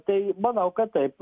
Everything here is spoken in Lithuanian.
tai manau kad taip